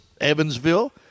Evansville